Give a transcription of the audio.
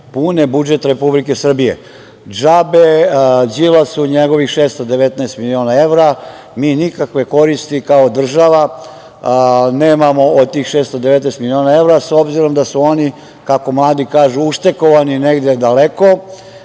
pune budžet Republike Srbije. Džabe Đilasu njegovih 619 miliona evra, mi nikakve koristi nemamo kao država od tih 619 miliona evra, s obzirom da su oni, kako mladi kažu, uštekovani negde daleko,